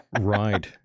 Right